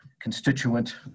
constituent